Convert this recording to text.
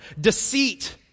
Deceit